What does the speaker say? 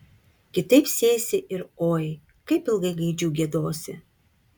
kitaip sėsi ir oi kaip ilgai gaidžiu giedosi